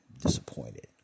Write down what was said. disappointed